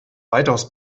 weitaus